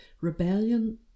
rebellion